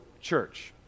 church